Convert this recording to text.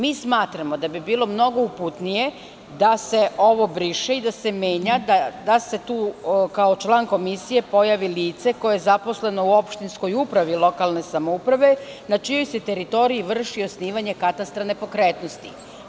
Mi smatramo da bi bilo mnogo uputnije da se ovo briše i da se menja, da se tu kao član komisije pojavi lice koje je zaposleno u opštinskoj upravi lokalne samouprave, na čijoj se teritoriji vrši osnivanje katastra nepokretnosti.